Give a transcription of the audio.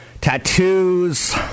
tattoos